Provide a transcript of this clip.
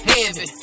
Heavy